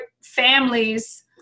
families